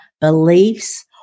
beliefs